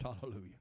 Hallelujah